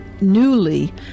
Newly